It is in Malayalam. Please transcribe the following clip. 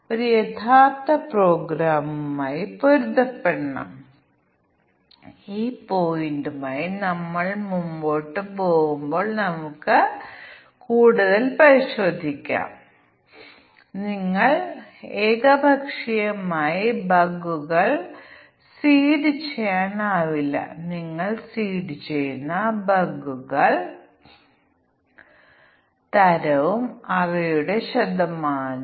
6 മില്യൺ അത് 40 ആണെങ്കിൽ ഓരോന്നും 1 എടുക്കുന്നു 3 ആവശ്യമായ ടെസ്റ്റ് കേസുകളുടെ എണ്ണം എത്രയാണെന്ന് ഇവിടെ നോക്കൂ ഈ കോമ്പിനേഷനുകളിൽ ഓരോന്നും പരിശോധിക്കേണ്ടതുണ്ടെങ്കിൽ അയാളുടെ ജീവിതത്തിൽ ആർക്കും അത്തരമൊരു സംവിധാനം പരീക്ഷിക്കാനാകില്ല എന്നാൽ നമ്പർ ജോഡി തിരിച്ചുള്ള ടെസ്റ്റ് കേസുകളുടെ എണ്ണം 21 ആണ് കൈകാര്യം ചെയ്യാവുന്ന ഒരാൾക്ക് 21 ടെസ്റ്റ് കേസുകൾ നടത്താം